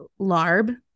Larb